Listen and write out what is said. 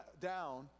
down